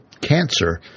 cancer